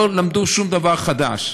הם לא למדו שום דבר חדש.